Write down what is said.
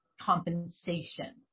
compensation